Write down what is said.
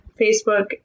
Facebook